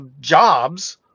jobs